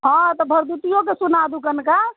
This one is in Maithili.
हँ तऽ भारदुतिओके सुना दू कनिका